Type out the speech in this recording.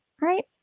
right